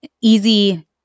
easy –